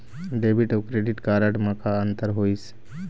Debit अऊ credit card म का अंतर होइस?